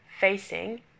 facing